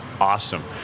awesome